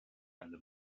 eine